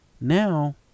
Now